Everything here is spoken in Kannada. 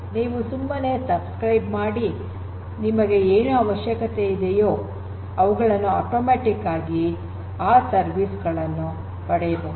ನೀವು ಸುಮ್ಮನೆ ಚಂದಾದಾರರಾಗಿ ನಿಮಗೆ ಏನು ಅವಶ್ಯಕತೆ ಇದೆಯೋ ಅವುಗಳನ್ನು ಆಟೋಮ್ಯಾಟಿಕ್ ಆಗಿ ಆ ಸೇವೆಗಳನ್ನು ಪಡೆಯಬಹುದು